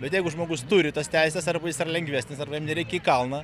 bet jeigu žmogus turi tas teises arba jis yra lengvesnis ar jam nereikia į kalną